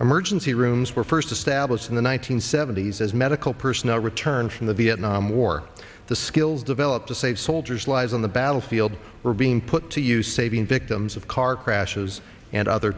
emergency rooms were first established in the one nine hundred seventy s as medical personnel return from the vietnam war the skills developed to save soldiers lives on the battlefield were being put to use saving victims of car crashes and other